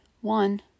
One